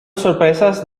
sorpresas